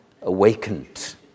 awakened